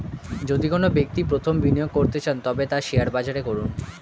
যদি কোনো ব্যক্তি প্রথম বিনিয়োগ করতে চান তবে তা শেয়ার বাজারে করুন